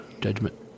judgment